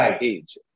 age